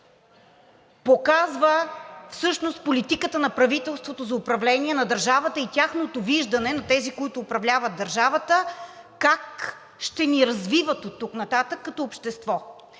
показва всъщност политиката на правителството за управление на държавата и тяхното виждане – на тези, които управляват държавата, как ще ни развиват оттук нататък като общество.